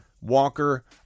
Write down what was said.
Walker